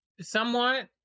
somewhat